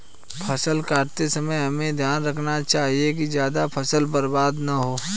फसल काटते समय हमें ध्यान रखना चाहिए कि ज्यादा फसल बर्बाद न हो